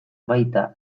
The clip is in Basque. baita